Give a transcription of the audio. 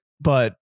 But-